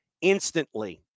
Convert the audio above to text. instantly